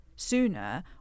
sooner